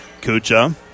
Kucha